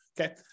Okay